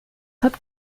habt